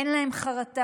אין להם חרטה,